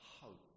hope